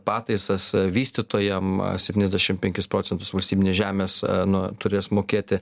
pataisas vystytojam septyniasdešim penkis procentus valstybinės žemės nu turės mokėti